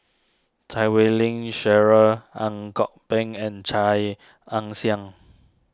Chan Wei Ling Cheryl Ang Kok Peng and Chia Ann Siang